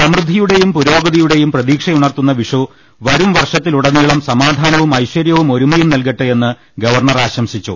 സമൃദ്ധിയുടെയും പുരോഗതിയുടെയും പ്രതീക്ഷയുണർത്തുന്ന വി ഷു വരും വർഷത്തിലുടനീളം സമാധാനവും ഐശ്ചര്യവും ഒരുമ യും നൽകട്ടെയെന്ന് ഗവർണർ ആശ്ര്സിച്ചു